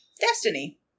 Destiny